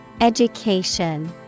Education